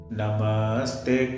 Namaste